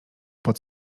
pod